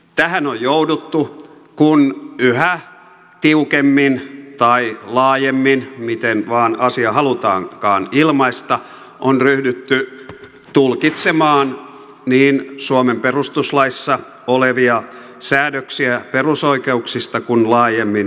tähän on jouduttu kun yhä tiukemmin tai laajemmin miten vain asia halutaankaan ilmaista on ryhdytty tulkitsemaan niin suomen perustuslaissa olevia säädöksiä perusoikeuksista kuin laajemmin ihmisoikeuksia